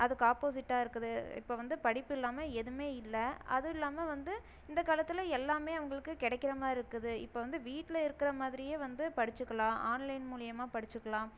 அதுக்கு ஆப்போசிட்டாக இருக்குது இப்போ வந்து படிப்பு இல்லாமல் எதுவுமே இல்லை அதுவும் இல்லாமல் வந்து இந்த காலத்தில் எல்லாமே அவங்களுக்கு கிடைக்கிற மாதிரி இருக்குது இப்போ வந்து வீட்டில் இருக்கிற மாதிரியே வந்து படித்துக்கலாம் ஆன்லைன் மூலிமா படித்துக்கலாம்